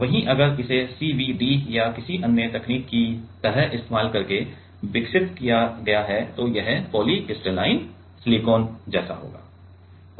वहीं अगर इसे सीवीडी या किसी अन्य तकनीक की तरह इस्तेमाल करके विकसित किया गया है तो यह पॉलीक्रिस्टलाइन सिलिकॉन जैसा होगा